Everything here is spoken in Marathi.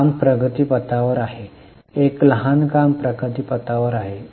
काम प्रगतीपथावर आहे एक लहान काम प्रगतीपथावर आहे